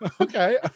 Okay